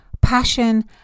passion